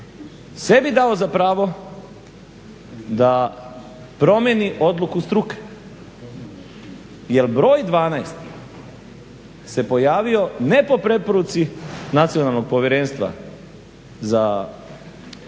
sebi dao za pravo da promjeni odluku struke? Jer broj 12 se pojavio ne po preporuci Nacionalnog povjerenstva koje ste